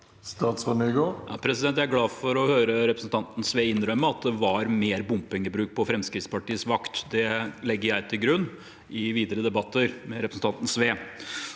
Jon-Ivar Nygård Jeg er glad for å høre representanten Sve innrømme at det var mer bompengebruk på Fremskrittspartiets vakt. Det legger jeg til grunn i videre debatter med representanten Sve.